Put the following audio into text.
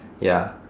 ya